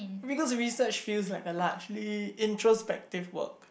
because research feels like a largely introspective work